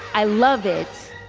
i love it